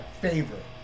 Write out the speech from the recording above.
favorite